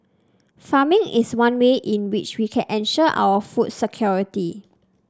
farming is one way in which we can ensure our food security